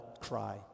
cry